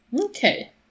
Okay